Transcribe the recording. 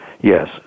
Yes